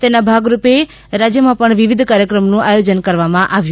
તેના ભાગરૂપે રાજથમાં પણ વિવિધ કાર્યક્રમોનું આયોજન કરવામાં આવે છે